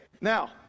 now